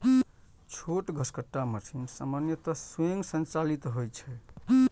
छोट घसकट्टा मशीन सामान्यतः स्वयं संचालित होइ छै